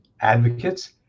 advocates